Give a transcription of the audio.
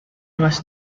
must